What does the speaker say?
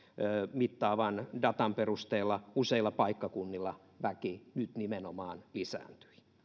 mittaavan datan perusteella useilla paikkakunnilla väki nyt nimenomaan lisääntyi